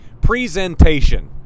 Presentation